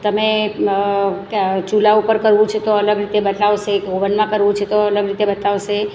તમે ચૂલા ઉપર કરવું છે તો અલગ રીતે બતાવશે ઓવનમાં કરવું છે તો અલગ રીતે બતાવશે